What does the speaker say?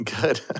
Good